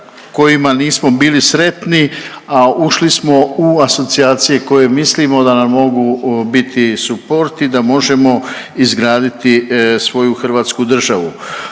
kojima nismo bili sretni, a ušli smo u asocijacije koje mislimo da nam mogu biti suport i da možemo izgraditi svoju Hrvatsku državu.